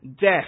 death